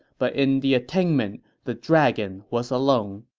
but in the attainment the dragon was alone